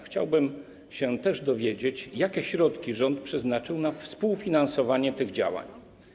Chciałbym się też dowiedzieć, jakie środki rząd przeznaczył na współfinansowanie tych działań.